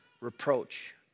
reproach